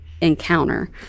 encounter